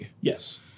Yes